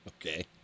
Okay